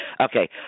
Okay